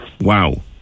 Wow